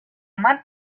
eman